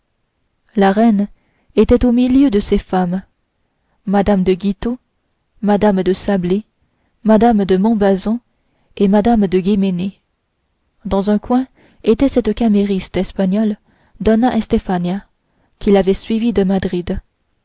la reine était au milieu de ses femmes mme de guitaut mme de sablé mme de montbazon et mme de guéménée dans un coin était cette camériste espagnole doa estefania qui l'avait suivie de